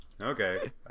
Okay